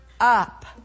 up